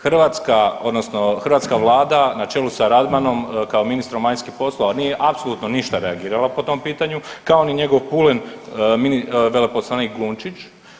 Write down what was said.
Hrvatska odnosno hrvatska Vlada na čelu sa Radmanom kao ministrom vanjskih poslova nije apsolutno ništa reagirala po tom pitanju kao ni njegov pulen veleposlanik Glunčić.